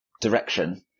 direction